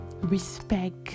Respect